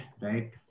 right